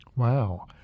Wow